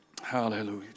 Hallelujah